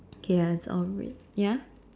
okay that's all red ya